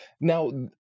Now-